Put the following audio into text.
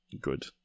good